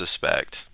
suspect